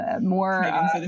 more